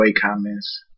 comments